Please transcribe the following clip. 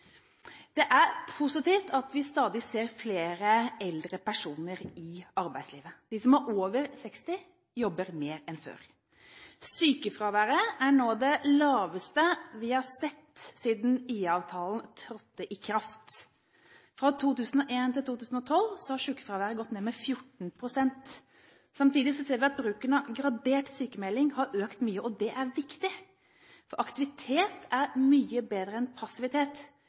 Det er positivt at vi stadig ser flere eldre personer i arbeidslivet. De som er over 60 år, jobber mer enn før. Sykefraværet er nå det laveste vi har sett siden IA-avtalen trådte i kraft. Fra 2001 til 2012 har sykefraværet gått ned med 14 pst. Samtidig ser vi at bruken av gradert sykemelding har økt mye, og det er viktig. Aktivitet er mye bedre enn passivitet